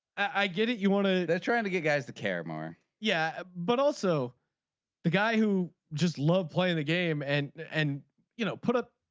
i get it. you want to. they're trying to get guys to care more. yeah but also the guy who just loved playing the game and and you know put up